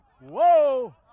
Whoa